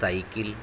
cycle